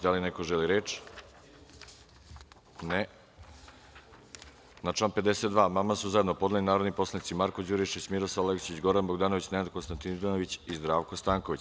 Da li neko želi reč? (Ne.) Na član 52. amandman su zajedno podneli narodni poslanici Marko Đurišić, Miroslav Aleksić, Goran Bogdanović, Nenad Konstantinović i Zdravko Stanković.